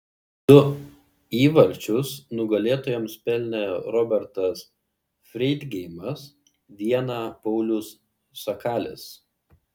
du įvarčius nugalėtojams pelnė robertas freidgeimas vieną paulius sakalis